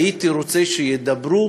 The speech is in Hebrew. הייתי רוצה שידברו